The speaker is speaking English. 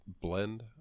blend